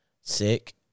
sick